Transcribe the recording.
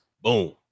boom